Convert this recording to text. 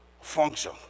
function